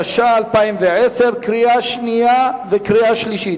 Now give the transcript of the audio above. התש"ע 2010, קריאה שנייה ושלישית.